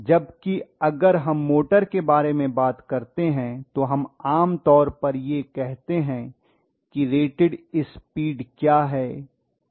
जबकि अगर हम मोटर के बारे में बात करते हैं तो हम आमतौर पर यह कहते हैं कि रेटेड स्पीड क्या है